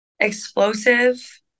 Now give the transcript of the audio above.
Explosive